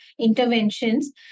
interventions